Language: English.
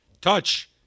Touch